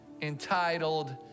entitled